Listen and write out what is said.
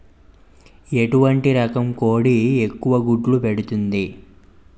ఎటువంటి రకం కోడి ఎక్కువ గుడ్లు పెడుతోంది?